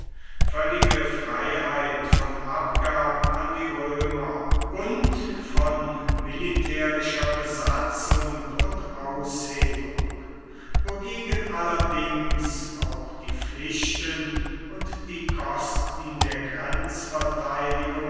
völlige freiheit von abgaben an die römer und von militärischer besatzung und aushebung wogegen allerdings auch die pflichten und die kosten der